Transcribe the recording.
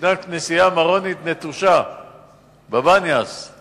יש כנסייה מרונית נטושה בבניאס.